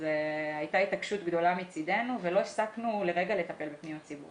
הייתה התעקשות גדולה מצדנו ולא הפסקנו לרגע לטפל בפניות ציבור